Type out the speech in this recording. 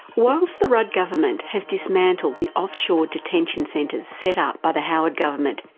whilst the rudd government has dismantled the offshore detention centres set up by the howard government,